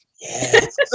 Yes